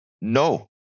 No